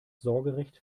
sorgerecht